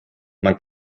man